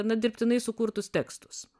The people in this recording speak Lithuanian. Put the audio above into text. na dirbtinai sukurtus tekstus